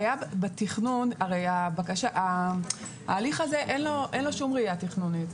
הרי להליך הזה אין שום ראייה תכנונית,